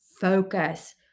Focus